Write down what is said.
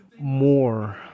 more